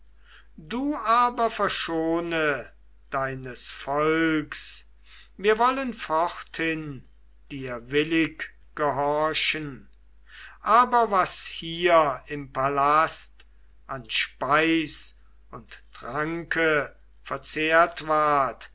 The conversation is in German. du aber verschone deines volks wir wollen forthin dir willig gehorchen aber was hier im palast an speis und tranke verzehrt ward